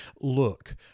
Look